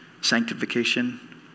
sanctification